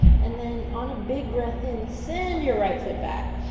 and then on a big breath in, send your right foot back.